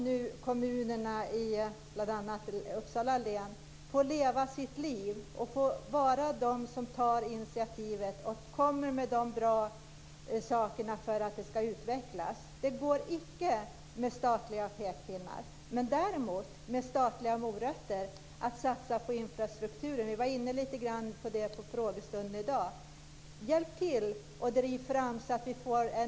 Låt kommunerna i bl.a. Uppsala län få leva sina liv och få vara de som tar initiativet och kommer med de bra idéerna för att kommunerna ska utvecklas. Det går icke att med statliga pekpinnar, men däremot med statliga morötter, få till stånd satsningar på infrastrukturen. Vi var inne på det på frågestunden i dag. Hjälp till och driv fram en ny E 4.